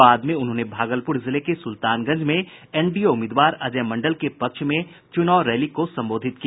बाद में उन्होंने भागलपुर जिले के सुल्तानगंज में एनडीए उम्मीदवार अजय मंडल के पक्ष में चुनाव रैली को संबोधित किया